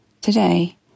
today